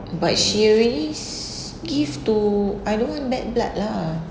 but she already s~ give to I don't want bad blood lah